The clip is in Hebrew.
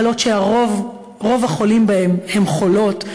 מחלות שרוב החולים בהן הם חולות,